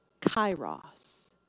kairos